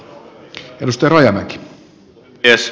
herra puhemies